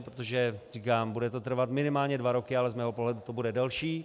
Protože říkám, bude to trvat minimálně dva roky, ale z mého pohledu to bude delší.